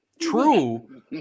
true